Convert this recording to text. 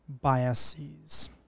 biases